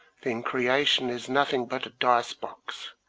then creation is nothing but a dice-box,